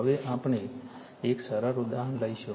હવે આપણે એક સરળ ઉદાહરણ લઈશું